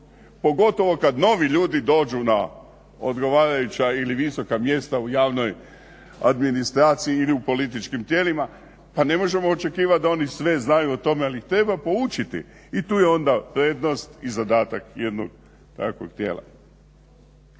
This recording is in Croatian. pogotovo kad novi ljudi dođu na odgovarajuća ili visoka mjesta u javnom administraciji ili u političkim tijelima, pa ne možemo očekivati da oni sve znaju o tome, ali ih treba poučiti. I tu je onda prednost i zadatak jednog takvog tijela.